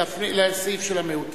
לסעיף של המיעוטים?